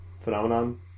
phenomenon